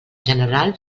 general